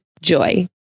Joy